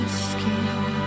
skin